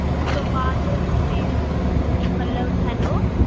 ਉਸ ਤੋਂ ਬਾਅਦ ਤੁਸੀਂ ਮਤਲਬ ਹੈਲੋ